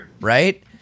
right